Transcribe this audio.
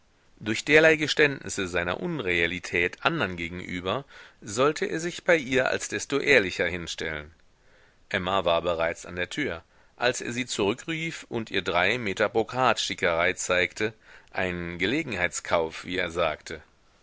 durch derlei geständnisse seiner unreellität andern gegenüber sollte er sich bei ihr als desto ehrlicher hinstellen emma war bereits an der tür als er sie zurückrief und ihr drei meter brokatstickerei zeigte einen gelegenheitskauf wie er sagte